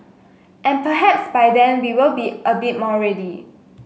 and perhaps by then we will be a bit more ready